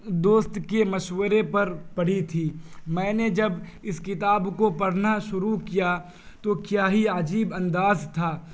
دوست کے مشورے پر پڑھی تھی میں نے جب اس کتاب کو پڑھنا شروع کیا تو کیا ہی عجیب انداز تھا